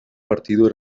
partido